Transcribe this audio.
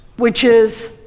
which is